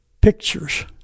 pictures